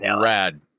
rad